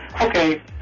Okay